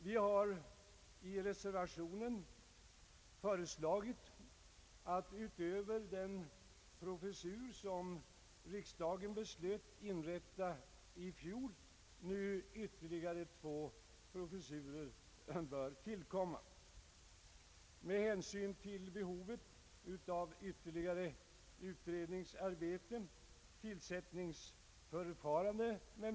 Vi har i reservationen föreslagit att utöver den professur, som riksdagen i fjol beslöt inrätta, nu ytterligare två professurer skall tillkomma. Behovet av ytterligare utredningar, tidsutdräkten med tillsättningsförfarandet etc.